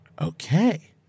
Okay